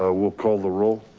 ah we'll call the roll.